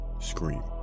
Scream